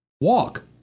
Walk